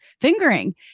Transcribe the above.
fingering